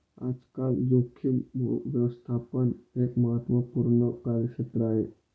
आजकाल जोखीम व्यवस्थापन एक महत्त्वपूर्ण कार्यक्षेत्र आहे